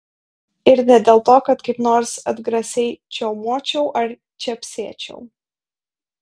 ir ne dėl to kad kaip nors atgrasiai čiaumočiau ar čepsėčiau